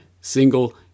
single